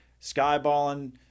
skyballing